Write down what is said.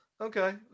Okay